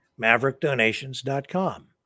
maverickdonations.com